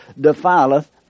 defileth